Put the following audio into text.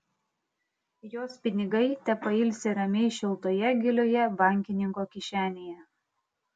jos pinigai tepailsi ramiai šiltoje gilioje bankininko kišenėje